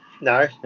no